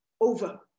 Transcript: over